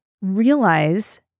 realize